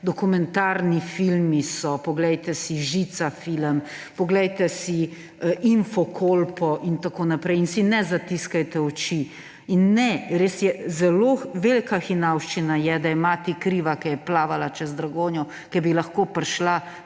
Dokumentarni filmi so, poglejte si Žica film, poglejte si Infokolpo in tako naprej in si ne zatiskajte oči. In ne! Res je, zelo velika hinavščina je, da je mati kriva, ker je plavala čez Dragonjo, ker bi lahko prišla